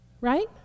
Right